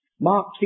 Mark